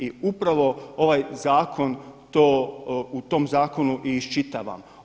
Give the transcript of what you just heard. I upravo ovaj zakon to, u tom zakonu i iščitavam.